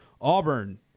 Auburn